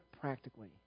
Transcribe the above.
practically